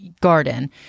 garden